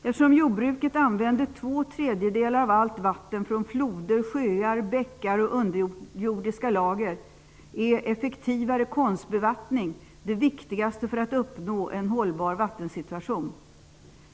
Eftersom jordbruket använder två tredjedelar av allt vatten från floder, sjöar, bäckar och underjordiska lager, är effektivare konstbevattning det viktigaste för att man skall uppnå en hållbar vattensituation.